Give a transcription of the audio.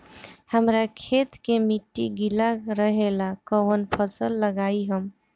हमरा खेत के मिट्टी गीला रहेला कवन फसल लगाई हम?